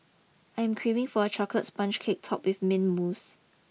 I am craving for a chocolate sponge cake topped with mint mousse